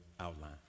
outline